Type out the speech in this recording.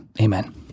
Amen